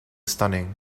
stunning